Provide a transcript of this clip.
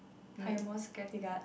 hire more security guards